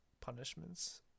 punishments